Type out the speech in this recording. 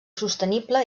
sostenible